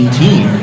team